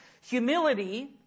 Humility